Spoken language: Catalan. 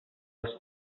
els